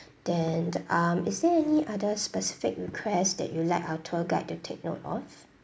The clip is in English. then um is there any other specific request that you like our tour guide to take note of